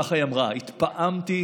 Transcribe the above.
ככה היא אמרה: "התפעמתי